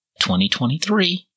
2023